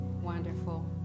Wonderful